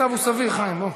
המצב הוא סביר, חיים.